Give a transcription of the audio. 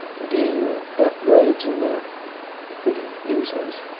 d or f grades in their we didn't use those,